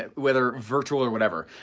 ah whether virtual or whatever.